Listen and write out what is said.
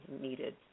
needed